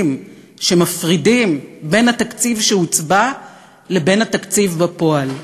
שמפרידים בין התקציב שהוצבע לבין התקציב בפועל.